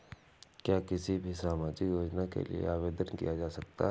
क्या किसी भी सामाजिक योजना के लिए आवेदन किया जा सकता है?